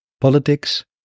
politics